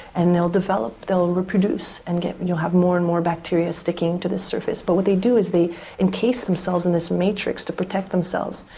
and they will develop, they will reproduce, and and you'll have more and more bacteria sticking to the surface. but what they do is they encase themselves in this matrix to protect themselves.